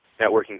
networking